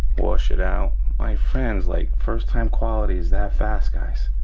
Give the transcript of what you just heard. wash it out, my friends like first time quality is that fast guys.